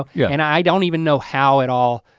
yeah. and i don't even know how it all